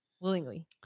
willingly